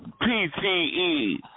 Pte